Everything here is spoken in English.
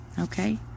okay